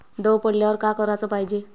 दव पडल्यावर का कराच पायजे?